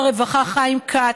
שר הרווחה חיים כץ,